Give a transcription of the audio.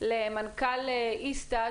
למנכ"ל איסתא,